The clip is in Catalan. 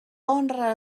honra